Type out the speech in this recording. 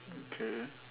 okay